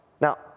Now